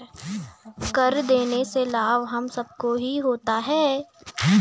कर देने से लाभ हम सबको ही होता है